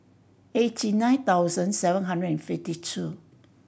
eighty nine thousand seven hundred and fifty two